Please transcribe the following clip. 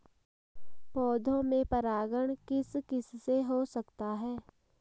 पौधों में परागण किस किससे हो सकता है?